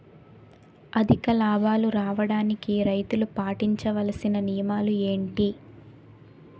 అధిక లాభాలు రావడానికి రైతులు పాటించవలిసిన నియమాలు ఏంటి